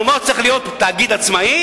המולמו"פ צריכה להיות תאגיד עצמאי,